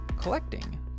collecting